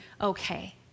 okay